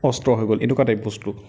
অস্ত হৈ গ'ল এনেকুৱা টাইপ বস্তু